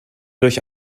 durch